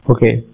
Okay